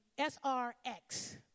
S-R-X